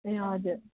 ए हजुर